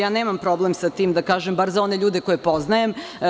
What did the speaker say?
Ja nemam problem sa tim da kažem, bar za one ljude koje poznajem.